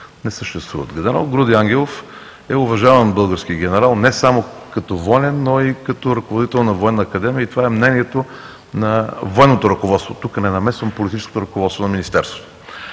не съществуват. Генерал Груди Ангелов е уважаван български генерал, не само като военен, но и като ръководител на Военна академия и това е мнението на военното ръководство. Тук не намесвам политическото ръководство на Министерството.